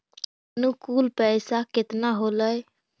अनुकुल पैसा केतना होलय